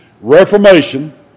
Reformation